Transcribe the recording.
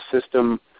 system